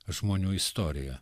žmonių istoriją